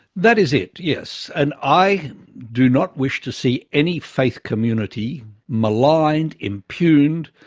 that is it, yes. and i do not wish to see any faith community maligned, impugned,